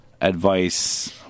advice